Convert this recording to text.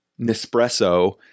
Nespresso